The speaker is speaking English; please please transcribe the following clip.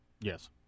Yes